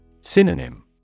Synonym